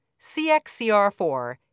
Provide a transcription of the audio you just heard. CXCR4